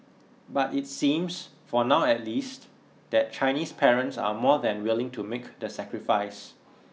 but it seems for now at least that Chinese parents are more than willing to make the sacrifice